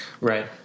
Right